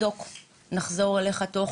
שיבדקו ויחזרו אליך תוך